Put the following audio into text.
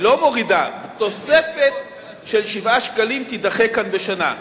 היא לא מורידה, תוספת של 7 שקלים תידחה כאן בשנה.